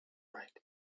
right